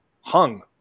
hung